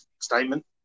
statement